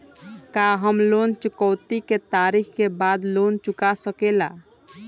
का हम लोन चुकौती के तारीख के बाद लोन चूका सकेला?